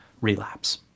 relapse